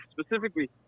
specifically